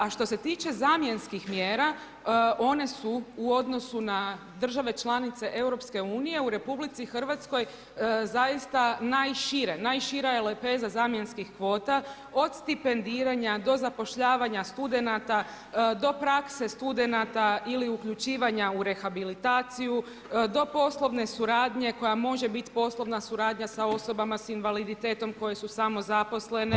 A što se tiče zamjenskih mjera, one su odnosu na države članice EU-a u RH zaista najšire, najšira je lepeza zamjenskih kvota od stipendiranja do zapošljavanja studenata, do prakse studenata ili uključivanja u rehabilitaciju, do poslovne suradnje koja može biti poslovna suradnja sa osobama sa invaliditetom koje su samozaposlene.